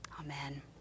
Amen